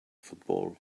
football